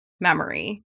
memory